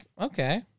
okay